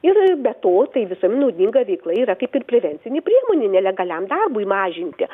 ir be to tai visuomenei naudinga veikla yra kaip ir prevencinė priemonė nelegaliam darbui mažinti